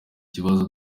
kibazo